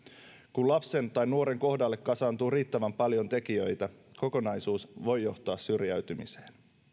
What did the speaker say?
kun lapsen tai nuoren kohdalle kasaantuu riittävän paljon tekijöitä kokonaisuus voi johtaa syrjäytymiseen